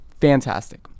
Fantastic